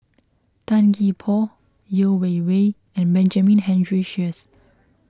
Tan Gee Paw Yeo Wei Wei and Benjamin Henry Sheares